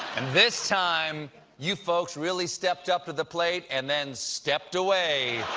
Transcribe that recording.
and this time you folks really stepped up to the plate and. then stepped away.